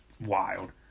wild